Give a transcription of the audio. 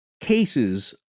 cases